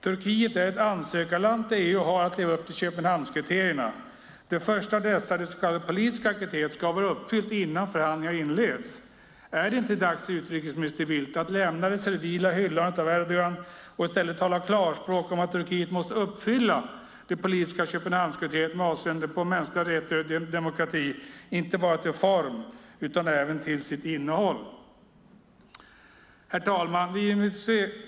Turkiet är ett ansökarland till EU och har att leva upp till Köpenhamnskriterierna. Det första av dessa, det så kallade politiska kriteriet, ska vara uppfyllt innan förhandlingar inleds. Är det inte dags, utrikesminister Bildt, att lämna det servila hyllandet av Erdogan och i stället tala klarspråk om att Turkiet måste uppfylla det politiska Köpenhamskriteriet med avseende på mänskliga rättigheter och demokrati, inte bara till form utan även till sitt innehåll? Herr talman!